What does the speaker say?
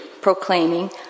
proclaiming